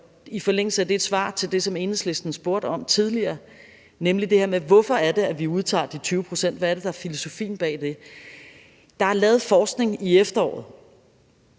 I forlængelse af det vil jeg svare på det, som Enhedslisten spurgte om tidligere, nemlig det her med, hvorfor det er, at vi udtager de 20 pct. Hvad er det, der er filosofien bag det? Der er lavet forskning i efteråret,